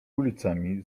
ulicami